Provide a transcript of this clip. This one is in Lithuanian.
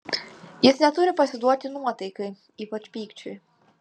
jis neturi pasiduoti nuotaikai ypač pykčiui